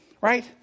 Right